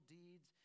deeds